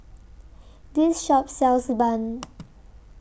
This Shop sells Bun